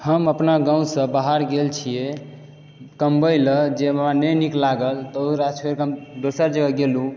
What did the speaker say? हम अपना गाँवसऽ बाहर गेल छियै कमबै लऽ जैमऽ हमरा नै नीक लागल तऽ ओकरा छोड़िकऽ हम दोसर जगह गेलूँ